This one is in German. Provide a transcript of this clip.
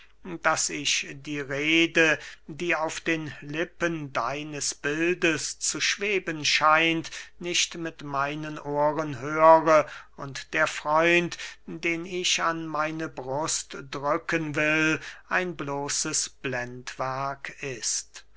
daß ich die rede die auf den lippen deines bildes zu schweben scheint nicht mit meinen ohren höre und der freund den ich an meine brust drücken will ein bloßes blendwerk ist